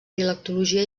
dialectologia